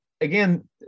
Again